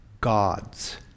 God's